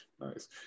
Nice